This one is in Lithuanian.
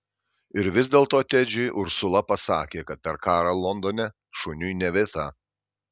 ir vis dėlto tedžiui ursula pasakė kad per karą londone šuniui ne vieta